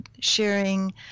sharing